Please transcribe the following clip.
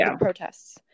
protests